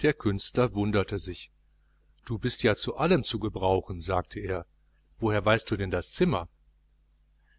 der künstler wunderte sich du bist ja zu allem zu brauchen sagte er woher weißt du das zimmer